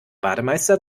bademeister